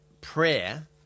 prayer